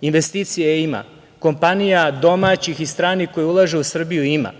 Investicija ima. Kompanija, domaćih i stranih koje ulažu u Srbiju, ima.